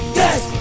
yes